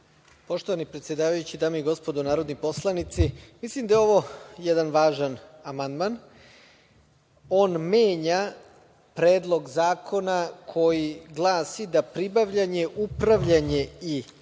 Poštovani predsedavajući, dame i gospodo narodni poslanici, mislim da je ovo jedan važan amandman. On menja predlog zakona koji glasi – da pribavljanje, upravljanje i